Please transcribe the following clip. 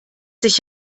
sich